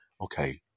Okay